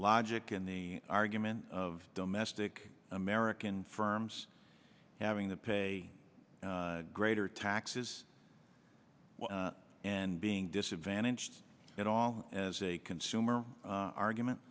logic in the argument of domestic american firms having to pay greater taxes and being disadvantaged it all as a consumer argument